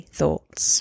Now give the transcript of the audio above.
thoughts